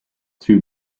two